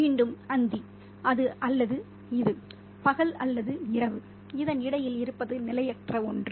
மீண்டும் அந்தி இது அல்லது அது பகல் அல்லது இரவு இதன் இடையில் இருப்பது நிலையற்ற ஒன்று